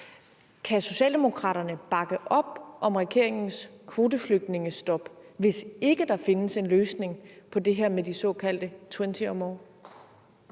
Kan socialdemokraterne bakke op om regeringens kvoteflygtningestop, hvis ikke der findes en løsning på det her med de såkaldte twenty or